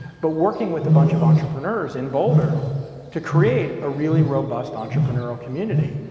but working with a bunch of entrepreneurs in boulder to create a really robust entrepreneurial community.